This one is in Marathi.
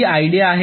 ही आयडिया आहे